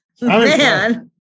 Man